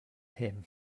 him